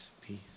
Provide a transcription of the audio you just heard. peace